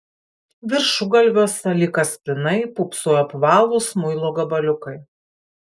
viršugalviuose lyg kaspinai pūpsojo apvalūs muilo gabaliukai